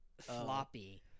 floppy